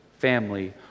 family